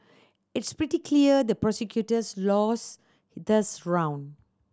it's pretty clear the prosecutors lost this round